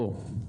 לא,